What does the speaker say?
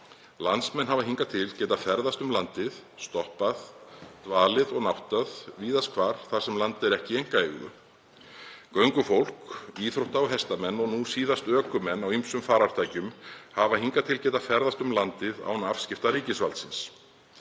Landsmenn hafa hingað til getað ferðast um landið, stoppað, dvalið og náttað víðast hvar þar sem land er ekki í einkaeigu. Göngufólk, íþrótta- og hestamenn og nú síðast ökumenn á ýmsum farartækjum hafa hingað til getað ferðast um landið án afskipta ríkisvaldsins.